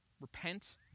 repent